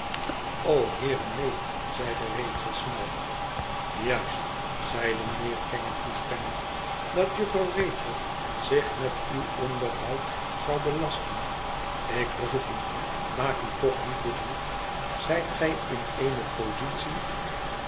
heere neen zeide rachel snel juist zeide mijnheer kenge toestemmend dat jufvrouw rachel zich met uw onderhoud zou belasten ik verzoek u maak u toch niet bedroefd zijt gij in eene positie